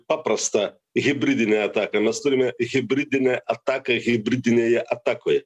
paprastą hibridinę ataką mes turime hibridinę ataką hibridinėje atakoje